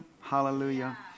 hallelujah